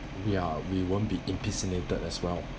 ya we won't be impersonated as well